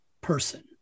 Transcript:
person